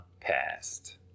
past